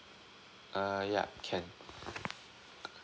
uh ya can